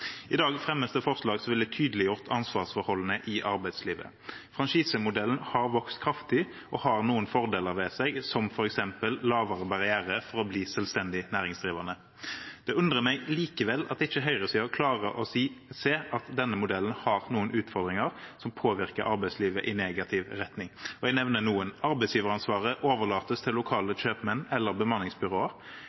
I dag fremmes det forslag som ville tydeliggjort ansvarsforholdene i arbeidslivet. Franchise-modellen har vokst kraftig og har noen fordeler ved seg, som f.eks. lavere barriere for å bli selvstendig næringsdrivende. Det undrer meg likevel at høyresiden ikke klarer å se at denne modellen har noen utfordringer som påvirker arbeidslivet i negativ retning. Jeg vil nevne noen: Arbeidsgiveransvaret overlates til lokale kjøpmenn eller bemanningsbyråer.